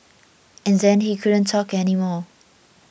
and then he couldn't talk anymore